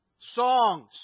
songs